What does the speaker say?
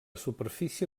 superfície